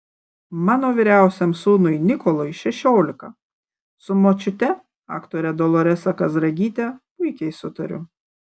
mano vyriausiam sūnui nikolui šešiolika su močiute aktore doloresa kazragyte puikiai sutariu